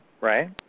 right